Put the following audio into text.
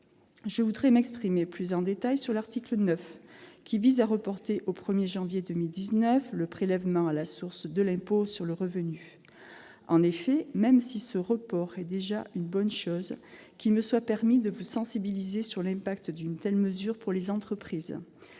Je voudrais m'exprimer plus en détail sur l'article 9, qui vise à reporter au 1 janvier 2019 le prélèvement à la source de l'impôt sur le revenu. En effet, même si ce report est déjà une bonne chose, qu'il me soit permis de vous sensibiliser sur l'impact d'une telle mesure pour les entreprises.